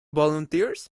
volunteers